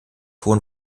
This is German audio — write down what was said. hohen